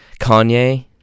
Kanye